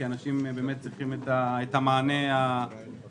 כי אנשים באמת צריכים את המענה המהיר.